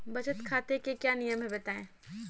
बचत खाते के क्या नियम हैं बताएँ?